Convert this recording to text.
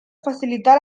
facilitar